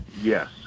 Yes